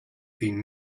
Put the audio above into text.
been